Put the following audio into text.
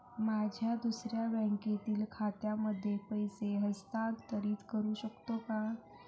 माझ्या दुसऱ्या बँकेतील खात्यामध्ये पैसे हस्तांतरित करू शकतो का?